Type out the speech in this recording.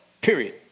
Period